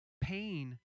Pain